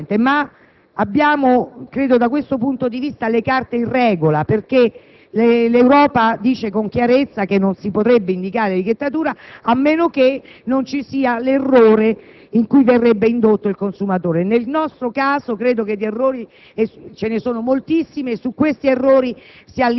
Credo che da questo punto di vista abbiamo le carte in regola, perché l'Europa dice, con chiarezza, che non si può indicare l'etichettatura, a meno che non vi sia un errore in cui verrebbe indotto il consumatore. Nel nostro caso, credo che di errori ve ne siano moltissimi e che su questi si